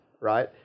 right